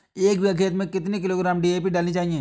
एक बीघा खेत में कितनी किलोग्राम डी.ए.पी डालनी चाहिए?